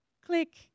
click